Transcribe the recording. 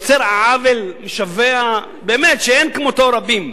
ויוצר עוול משווע שאין כמותו רבים.